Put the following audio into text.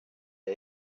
der